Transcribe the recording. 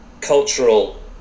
cultural